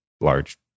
large